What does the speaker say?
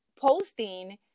posting